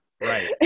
Right